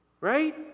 Right